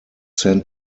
sent